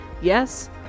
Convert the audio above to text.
Yes